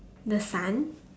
the sun